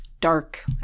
dark